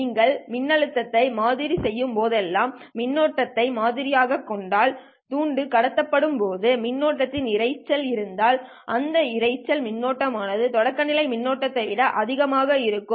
நீங்கள் மின்னழுத்தத்தை மாதிரி செய்யும் போதெல்லாம் மின்னோட்டத்தை மாதிரி ஆக கொண்டால் துண்டு ௦ கடத்தப்பட்ட போது மின்னோட்டத்தில் இரைச்சல் இருந்தால் இந்த இரைச்சல் மின்னோட்டம் ஆனது தொடக்கநிலை மின்னோட்டத்தை விட அதிகமாக இருக்கும்